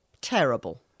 Terrible